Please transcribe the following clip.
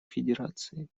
федерации